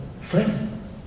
friend